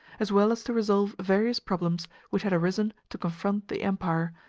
as well as to resolve various problems which had arisen to confront the empire,